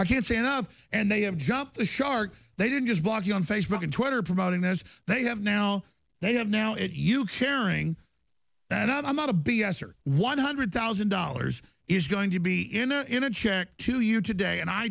i can't say enough and they have jumped the shark they didn't just block you on facebook and twitter promoting this they have now they have now it you caring that i'm not a b s or one hundred thousand dollars is going to be in a in a check to you today and i